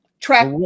Track